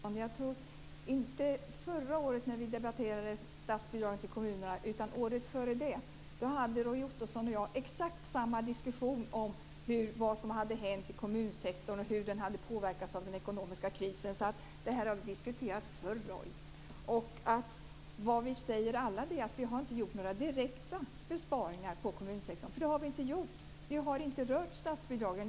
Fru talman! Jag tror inte att det var förra året när vi debatterade statsbidragen till kommunerna men året före det som Roy Ottosson och jag hade exakt samma diskussion om vad som hade hänt i kommunsektorn och om hur denna hade påverkats av den ekonomiska krisen. Det här har vi alltså diskuterat förr, Roy Ottosson. Vad vi alla säger är att vi inte har gjort några direkta besparingar på kommunsektorn. För det har vi inte gjort. Vi har inte rört statsbidragen.